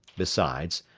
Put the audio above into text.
besides,